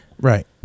right